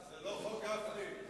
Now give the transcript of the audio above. זה לא חוק גפני.